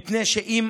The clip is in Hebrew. מפני שאם